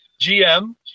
GM